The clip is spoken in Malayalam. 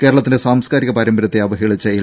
കേരളത്തിന്റെ സാംസ്കാരിക പാരമ്പര്യത്തെ അവഹേളിച്ച എൽ